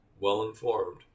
well-informed